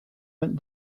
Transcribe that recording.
went